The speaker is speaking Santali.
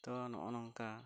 ᱛᱳ ᱱᱚᱜᱼᱚ ᱱᱚᱝᱠᱟ